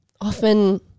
often